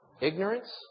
ignorance